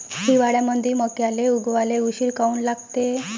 हिवाळ्यामंदी मक्याले उगवाले उशीर काऊन लागते?